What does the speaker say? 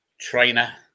trainer